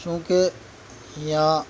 چونکہ یہاں